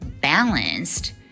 balanced